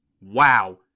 Wow